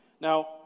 Now